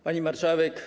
Pani Marszałek!